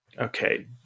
okay